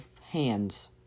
hands